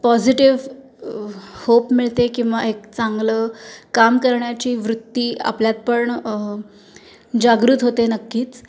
positive hope मिळते किंवा एक चांगलं काम करण्याची वृत्ती आपल्यात पण जागृत होते नक्कीच